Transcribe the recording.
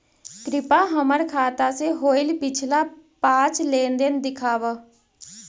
कृपा हमर खाता से होईल पिछला पाँच लेनदेन दिखाव